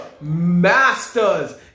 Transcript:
master's